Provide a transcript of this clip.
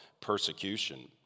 persecution